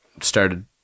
started